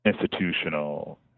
institutional